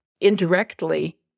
indirectly